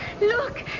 Look